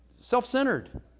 self-centered